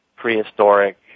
prehistoric